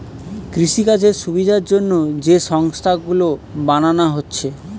কৃষিকাজের সুবিধার জন্যে যে সংস্থা গুলো বানানা হচ্ছে